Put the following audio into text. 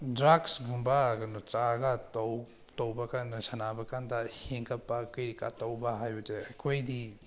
ꯗ꯭ꯔꯛꯁꯀꯨꯝꯕ ꯀꯩꯅꯣ ꯆꯥꯔꯒ ꯇꯧꯕꯀꯥꯟꯗ ꯁꯥꯟꯅꯕꯀꯥꯟꯗ ꯍꯦꯟꯒꯠꯄ ꯀꯔꯤ ꯀꯔꯥ ꯇꯧꯕ ꯍꯥꯏꯕꯁꯦ ꯑꯩꯈꯣꯏꯗꯤ